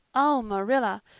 oh, marilla,